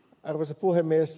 arvoisa puhemies